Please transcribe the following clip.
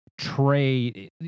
trade